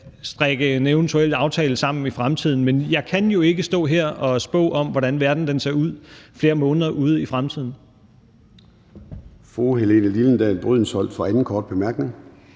strikke en eventuel aftale sammen i fremtiden. Men jeg kan jo ikke stå her og spå om, hvordan verden ser ud flere måneder ude i fremtiden. Kl. 13:53 Formanden (Søren Gade): Fru Helene Liliendahl Brydensholt for anden korte bemærkning.